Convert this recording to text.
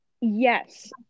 Yes